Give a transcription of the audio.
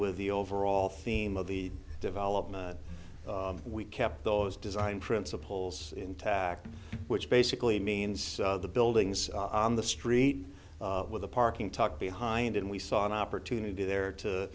with the overall theme of the development we kept those design principles intact which basically means the buildings on the street with a parking tucked behind and we saw an opportunity there to